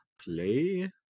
Play